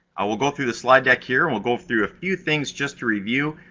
i will go through the slide deck here. we'll go through a few things just to review.